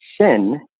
sin